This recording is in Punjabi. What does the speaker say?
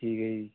ਠੀਕ ਹੈ ਜੀ